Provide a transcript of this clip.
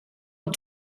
het